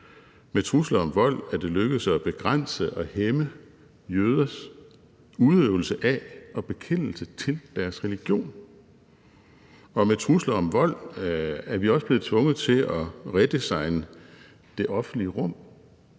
Med trusler om vold er det lykkedes at begrænse og hæmme jøders udøvelse af og bekendelse til deres religion. Og med trusler om vold er vi også blevet tvunget til at redesigne det offentlige rum.